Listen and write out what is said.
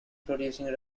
producing